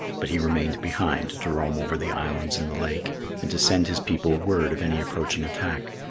but he remained behind to roam over the islands in the lake and to send his people word of any approaching attack.